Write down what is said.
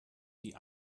die